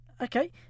Okay